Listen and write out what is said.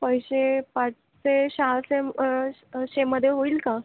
पैसे पाचशे सहाशे असे मध्ये होईल का